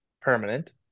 permanent